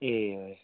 ए